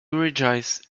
rejoiced